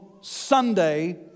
Sunday